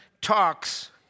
talks